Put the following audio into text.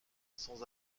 sans